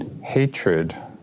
hatred